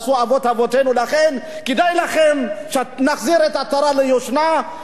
לכן, כדאי לכם שנחזיר עטרה ליושנה ותבחרו בנו.